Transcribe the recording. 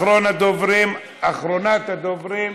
אחרונת הדוברים,